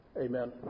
Amen